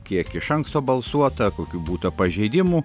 kiek iš anksto balsuota kokių būta pažeidimų